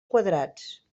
quadrats